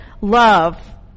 love